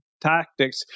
tactics